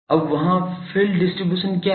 अब वहाँ field distribution क्या है